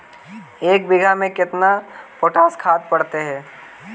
एक बिघा में केतना पोटास खाद पड़ है?